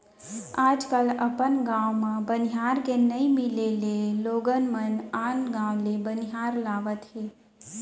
आज कल अपन गॉंव म बनिहार के नइ मिले ले लोगन मन आन गॉंव ले बनिहार लावत हें